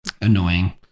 annoying